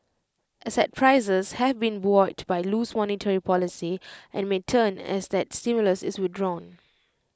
asset prices have been buoyed by loose monetary policy and may turn as that stimulus is withdrawn